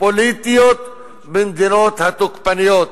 פוליטיות במדינות התוקפניות.